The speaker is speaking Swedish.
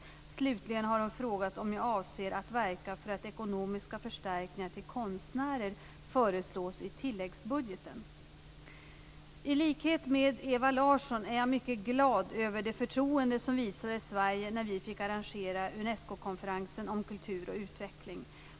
Slutligen har hon frågat mig om jag avser att verka för att ekonomiska förstärkningar till konstnärer föreslås i tilläggsbudgeten. I likhet med Ewa Larsson är jag mycket glad över det förtroende som visades Sverige när vi fick arrangera Unescokonferensen om kultur och utveckling.